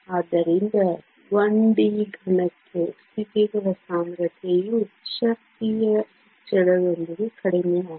ಆದ್ದರಿಂದ 1D ಘನಕ್ಕೆ ಸ್ಥಿತಿಗಳ ಸಾಂದ್ರತೆಯು ಶಕ್ತಿಯ ಹೆಚ್ಚಳದೊಂದಿಗೆ ಕಡಿಮೆಯಾಗುತ್ತದೆ